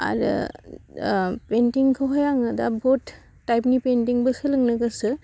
आरो पेइन्टिंखौहाय आङो दा बहुद टाइपनि पेइन्टिंबो सोलोंनो गोसो